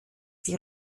die